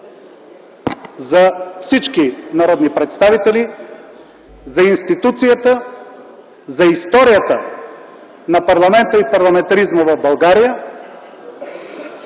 за всички народни представители, за институцията, за историята на парламента и парламентаризма в България,